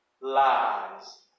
lies